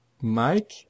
Mike